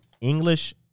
English